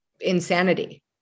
insanity